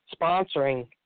sponsoring